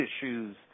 issues